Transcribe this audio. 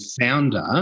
founder